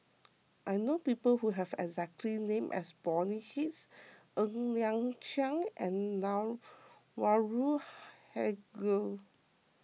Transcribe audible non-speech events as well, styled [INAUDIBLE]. I know people who have exact name as Bonny Hicks Ng Liang Chiang and Anwarul [UNINTELLIGIBLE]